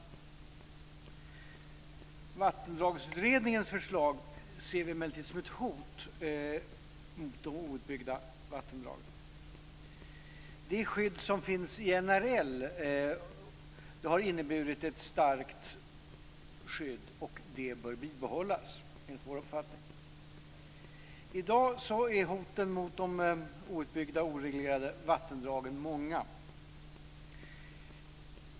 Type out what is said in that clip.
Vi ser emellertid Vattendragsutredningens förslag som ett hot mot de outbyggda vattendragen. Det skydd som finns i NRL har inneburit ett starkt skydd, som enligt vår uppfattning bör behållas. I dag är hoten mot de outbyggda och oreglerade vattendragen många.